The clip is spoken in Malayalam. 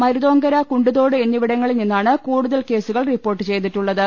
മരുതോങ്കര കുണ്ടുതോട് എന്നിവിടങ്ങളിൽ നിന്നാണ് കൂടുതൽ കേസുകൾ റിപ്പോർട്ട് ചെയ്തിട്ടുള്ളത്